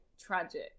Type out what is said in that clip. tragic